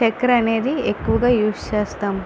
చక్కర అనేది ఎక్కువగా యూజ్ చేస్తాము